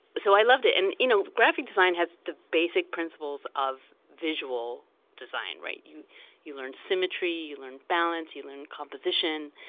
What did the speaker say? so i loved it. and you know graphic design has the basic principles of visual design, right? you you learned symmetry, you learned balance, you learned composition,